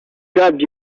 god